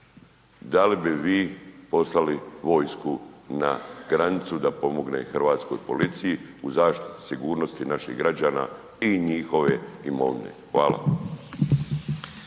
Da li bi vi poslali vojsku na granicu da pomogne Hrvatskoj policiji u zaštiti sigurnosti naših građana i njihove imovine? Hvala.